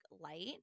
light